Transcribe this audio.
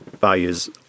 values